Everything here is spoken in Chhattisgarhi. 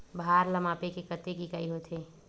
भार ला मापे के कतेक इकाई होथे?